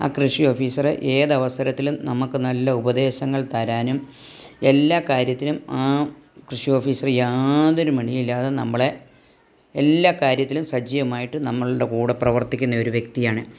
ആ കൃഷി ഓഫീസറെ ഏത് അവസരത്തിലും നമുക്ക് നല്ല ഉപദേശങ്ങൾ തരാനും എല്ലാ കാര്യത്തിനും ആ കൃഷി ഓഫീസർ യാതൊരു മടിയും ഇല്ലാതെ നമ്മളെ എല്ലാ കാര്യത്തിലും സജീവമായിട്ട് നമ്മളുടെ കൂടെ പ്രവർത്തിക്കുന്ന ഒരു വ്യക്തിയാണ്